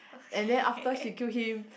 and then after she kill him